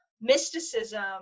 mysticism